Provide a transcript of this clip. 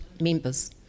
members